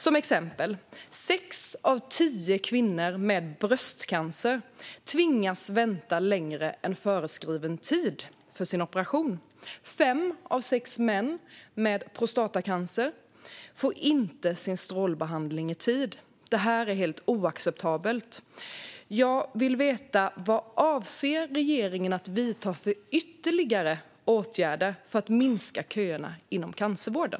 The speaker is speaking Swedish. Som exempel kan jag nämna att sex av tio kvinnor med bröstcancer tvingas vänta längre än föreskriven tid på sin operation. Fem av sex män med prostatacancer får inte heller sin strålbehandling i tid. Det är helt oacceptabelt. Jag vill veta vilka ytterligare åtgärder regeringen avser att vidta för att korta köerna inom cancervården.